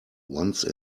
once